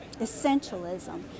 essentialism